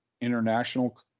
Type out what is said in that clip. international